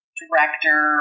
director